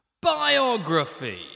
Biography